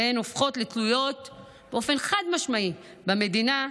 והן הופכות לתלויות באופן חד-משמעי במדינה,